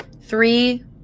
three